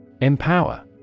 Empower